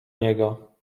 niego